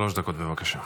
שלוש דקות, בבקשה.